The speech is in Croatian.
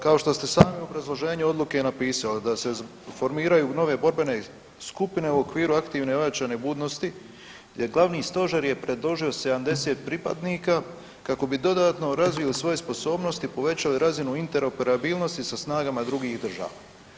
Kao što ste sami u obrazloženju Odluke napisali da se formiraju nove borbene skupine u okviru aktivne ojačane budnosti gdje glavni stožer je predložio 70 pripadnika kako bi dodatno razvio svoje sposobnosti, povećali razinu interoperabilnosti sa snagama drugih država.